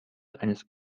eines